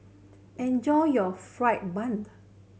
enjoy your fried bun